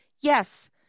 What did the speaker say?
Yes